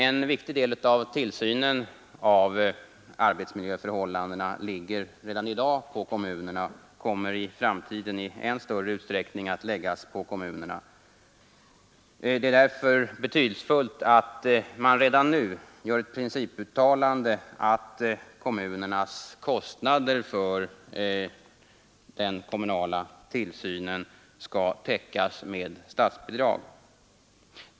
En viktig del av tillsynen av arbetsmiljöförhållandena, som redan i dag ligger på kommunerna, kommer i framtiden i än större utsträckning att läggas på dem. Det är därför betydelsefullt att man redan nu gör ett principuttalande om att kommunernas kostnader för den kommunala tillsynen skall täckas med statsbidrag.